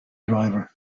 driver